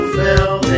fell